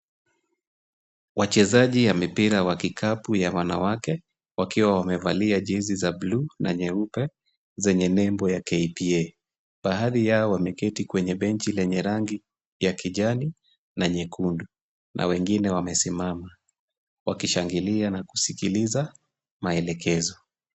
Wachezaji wa mpira wa kikapu wa wanawake wakiwa wamevalia jezi za bluu na nyeupe zenye nembo ya KPA, baadhi yao wameketi kwenye benchi lenye rangi ya kijani na nyekundu na wengine wamesimama, wakishangilia na kusikiliza maelekezo.